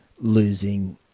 losing